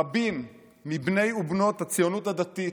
רבים מבני ובנות הציונות הדתית,